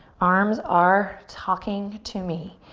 arms are talking to me.